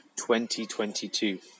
2022